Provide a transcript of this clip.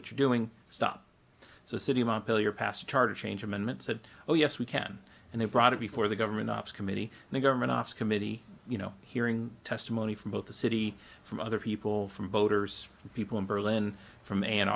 what you're doing stop so city montpellier past charter change amendments said oh yes we can and they brought it before the government ops committee and the government office committee you know hearing testimony from both the city from other people from voters people in berlin from an